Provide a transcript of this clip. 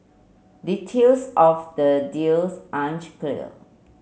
details of the deals aren't clear